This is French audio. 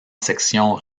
section